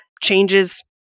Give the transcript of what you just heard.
changes